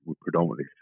predominantly